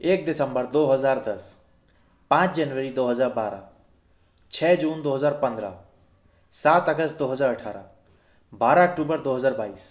एक दिसंबर दो हज़ार दस पाँच जनवरी दो हज़ार बारह छः जून हज़ार पन्द्रह सात अगस्त दो हज़ार अट्ठारह बारह अक्टूबर दो हज़ार बाईस